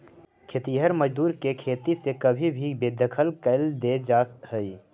खेतिहर मजदूर के खेती से कभी भी बेदखल कैल दे जा हई